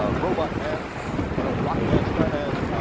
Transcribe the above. ah robotman, ah rockman, skyman,